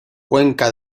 cuenca